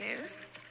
news